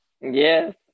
yes